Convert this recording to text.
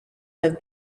have